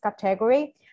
category